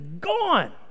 gone